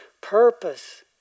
purpose